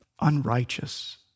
unrighteous